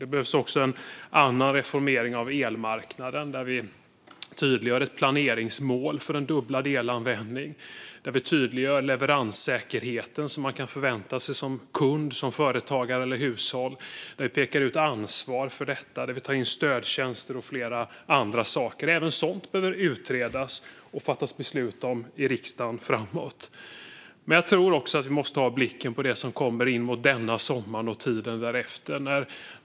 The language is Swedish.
Det behövs också en annan reformering av elmarknaden, där vi tydliggör ett planeringsmål för en dubblerad elanvändning, där vi tydliggör leveranssäkerheten som man kan förvänta sig som kund - som företagare eller hushåll - där vi pekar ut ett ansvar för detta och där vi tar in stödtjänster och flera andra saker. Även sådant behöver utredas och fattas beslut om i riksdagen framöver. Men jag tror också att vi måste ha blicken på det som kommer framåt denna sommar och tiden därefter.